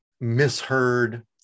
misheard